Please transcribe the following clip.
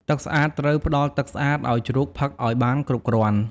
ទឹកស្អាត ត្រូវផ្តល់ទឹកស្អាតឲ្យជ្រូកផឹកឲ្យបានគ្រប់គ្រាន់។